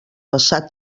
vessant